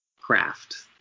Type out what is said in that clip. craft